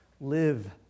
live